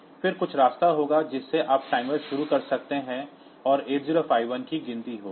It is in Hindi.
फिर कुछ रास्ता होगा जिससे आप टाइमर शुरू कर सकते हैं और 8051 की गिनती होगी